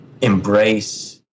embrace